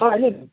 छ अहिले पनि